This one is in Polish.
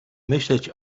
myśleć